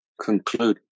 conclude